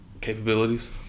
capabilities